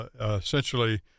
essentially